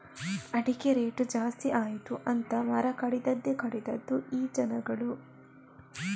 ಅಡಿಕೆ ರೇಟು ಜಾಸ್ತಿ ಆಯಿತು ಅಂತ ಮರ ಕಡಿದದ್ದೇ ಕಡಿದದ್ದು ಈ ಜನಗಳು